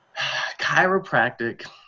chiropractic